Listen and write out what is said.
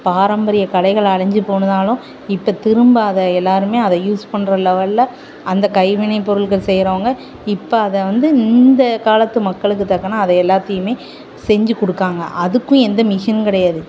பாரம்பரிய கலைகள் அழிஞ்சி போனாலும் இப்போ திரும்ப அதை எல்லோருமே அதை யூஸ் பண்ணுற லெவலில் அந்த கைவினை பொருட்கள் செய்கிறவங்க இப்போ அதை வந்து இந்த காலத்து மக்களுக்கு தக்கனா அதை எல்லாத்தையும் செஞ்சிக்கொடுக்காங்க அதுக்கும் எந்த மிஷினும் கிடையாது